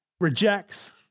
rejects